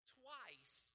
twice